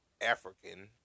African